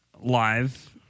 live